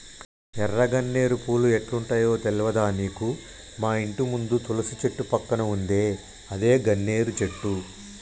ఎర్ర గన్నేరు పూలు ఎట్లుంటయో తెల్వదా నీకు మాఇంటి ముందు తులసి చెట్టు పక్కన ఉందే అదే గన్నేరు చెట్టు